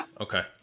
Okay